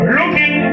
looking